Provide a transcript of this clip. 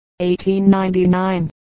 1899